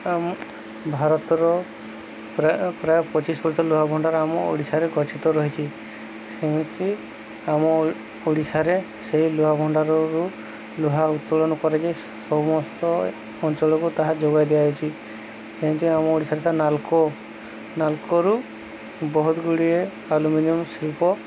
ଆମ ଭାରତର ପ୍ରାୟ ପଚିଶ ପରସେଣ୍ଟ୍ ଲୁହା ଭଣ୍ଡାର ଆମ ଓଡ଼ିଶାରେ ଗଛିତ ରହିଛି ସେମିତି ଆମ ଓଡ଼ିଶାରେ ସେହି ଲୁହା ଭଣ୍ଡାରରୁ ଲୁହା ଉତ୍ତୋଳନ କରାଯାଇ ସମସ୍ତ ଅଞ୍ଚଳକୁ ତାହା ଯୋଗାଇ ଦିଆଯାଉଛି ଯେମିତି ଆମ ଓଡ଼ିଶାରେ ନାଲକୋ ନାଲକୋରୁ ବହୁତ ଗୁଡ଼ିଏ ଆଲୁମିନିୟମ ଶିଳ୍ପ